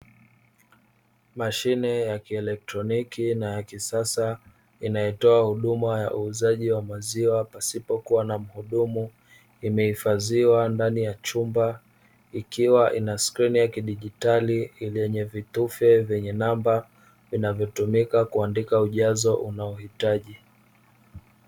Mashine ya kielektroniki na ya kisasa inayotoa huduma ya uuzaji wa maziwa, pasipokuwa na mhudumu imehifadhiwa ndani ya chumba ikiwa ina skrini ya kidigitali yenye vitufe vyenye namba vinavyotumika kuandika ujazo unaohitaji.